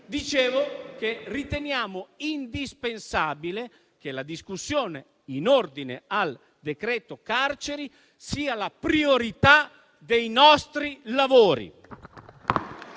dicevo, riteniamo indispensabile che la discussione in ordine al decreto carceri sia la priorità dei nostri lavori.